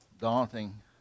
daunting